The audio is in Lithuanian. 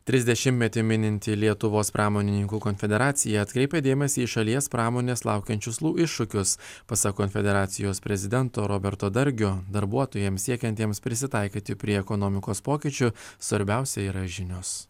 trisdešimtmetį mininti lietuvos pramonininkų konfederacija atkreipia dėmesį į šalies pramonės laukiančius iššūkius pasak konfederacijos prezidento roberto dargio darbuotojams siekiantiems prisitaikyti prie ekonomikos pokyčių svarbiausia yra žinios